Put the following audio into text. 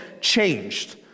changed